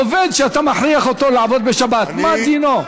עובד שאתה מכריח אותו לעבוד בשבת, מה דינו?